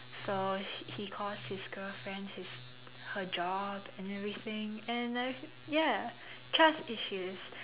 so he he cost his girlfriend his her job and everything and uh ya trust issues